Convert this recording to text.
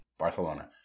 barcelona